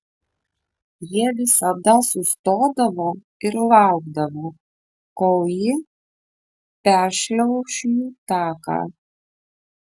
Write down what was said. jie visada sustodavo ir laukdavo kol ji peršliauš jų taką